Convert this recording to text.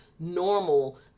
normal